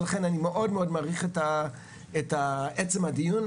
ולכן אני מאוד מעריך את עצם הדיון,